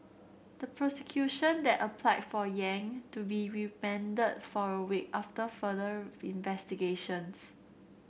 the prosecution that applied for Yang to be remanded for a week after further investigations